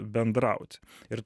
bendrauti ir